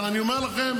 אבל אני אומר לכם,